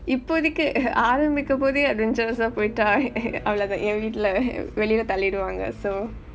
இப்போதைக்கு ஆரமிக்க போதே அது போயிட்டா அவ்வளவு தான் என் வீட்டிலே வெளிய தள்ளிருவாங்க:ippothaikku aarmbikka pothe athu poyittaa avvalavu thaan en vittilae veliya thalliruvaanga so